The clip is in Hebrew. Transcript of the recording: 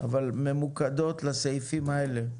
אבל ממוקדות לסעיפים האלה.